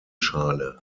schale